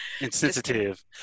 Insensitive